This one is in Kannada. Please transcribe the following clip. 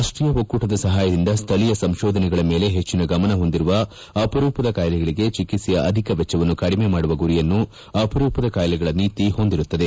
ರಾಷ್ಟೀಯ ಒಕ್ಕೂಟದ ಸಹಾಯದಿಂದ ಸ್ವಳೀಯ ಸಂಶೋಧನೆಗಳ ಮೇಲೆ ಪೆಚ್ಚಿನ ಗಮನವನ್ನು ಹೊಂದಿರುವ ಅಪರೂಪದ ಕಾಯಿಲೆಗಳಿಗೆ ಚಿಕಿತ್ಸೆಯ ಅಧಿಕ ವೆಚ್ಚವನ್ನು ಕಡಿಮೆ ಮಾಡುವ ಗುರಿಯನ್ನು ಅಪರೂಪದ ಕಾಯಿಲೆಗಳ ನೀತಿ ಹೊಂದಿರುತ್ತದೆ